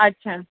अच्छा